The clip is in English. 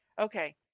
okay